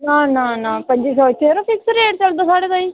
ना ना ना पंजी सौ जरो फिक्स रेट चलदा साढ़ै ताईं